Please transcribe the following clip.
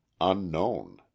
unknown